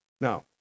Now